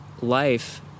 life